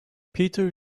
peter